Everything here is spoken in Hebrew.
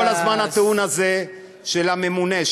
כל הזמן הטיעון הזה של הממונה,